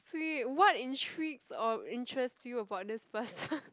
sweet what intrigues or interest you about this person